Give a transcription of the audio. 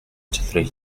three